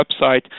website